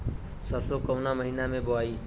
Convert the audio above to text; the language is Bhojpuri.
सरसो काउना महीना मे बोआई?